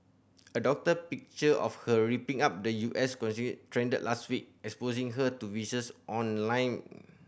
a doctored picture of her ripping up the U S trended last week exposing her to vicious online